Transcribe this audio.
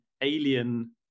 alien